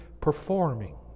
performing